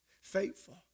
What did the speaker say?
Faithful